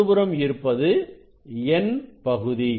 வலதுபுறம் இருப்பது N பகுதி